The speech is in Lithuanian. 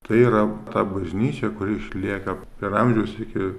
tai yra ta bažnyčia kuri išlieka per amžius iki